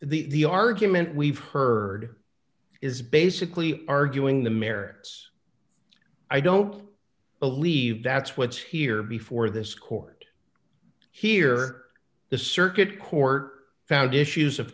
the the argument we've heard is basically arguing the merits i don't believe that's what's here before this court here the circuit court found issues of